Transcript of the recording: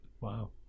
Wow